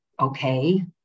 okay